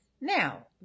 Now